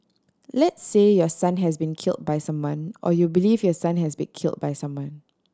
let's say your son has been killed by someone or you believe your son has been killed by someone